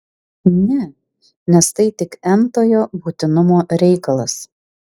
ne nes tai tik n tojo būtinumo reikalas